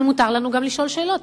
אבל מותר לנו גם לשאול שאלות.